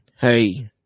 hey